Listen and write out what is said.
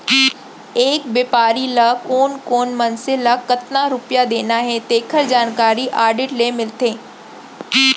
एक बेपारी ल कोन कोन मनसे ल कतना रूपिया देना हे तेखर जानकारी आडिट ले मिलथे